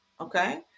Okay